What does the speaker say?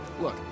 Look